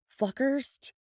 Fuckers